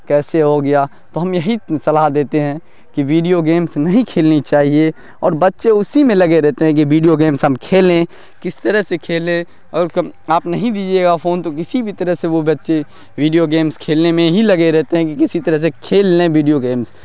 کیسے ہو گیا تو ہم یہی صلاح دیتے ہیں کہ ویڈیو گیمس نہیں کھیلنی چاہیے اور بچے اسی میں لگے رہتے ہیں کہ ویڈیو گیمس ہم کھیلیں کس طرح سے کھیلیں اور آپ نہیں بھی دیجیے گا فون تو کسی بھی طرح سے وہ بچے ویڈیو گیمس کھیلنے میں ہی لگے رہتے ہیں کہ کسی طرح سے کھیل لیں بیڈیو گیمس